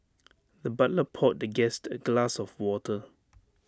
the butler poured the guest A glass of water